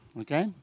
okay